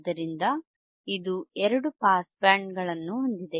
ಆದ್ದರಿಂದ ಇದು ಎರಡು ಪಾಸ್ ಬ್ಯಾಂಡ್ ಗಳನ್ನು ಹೊಂದಿದೆ